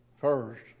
first